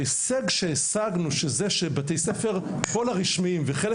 ההישג שהשגנו שכל בתי הספר הרשמיים וחלק